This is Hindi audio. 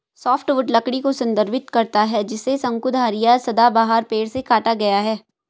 सॉफ्टवुड लकड़ी को संदर्भित करता है जिसे शंकुधारी या सदाबहार पेड़ से काटा गया है